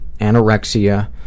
anorexia